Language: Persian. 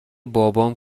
بابام